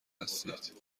هستید